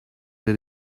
did